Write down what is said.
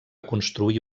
construir